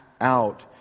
out